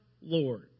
Lord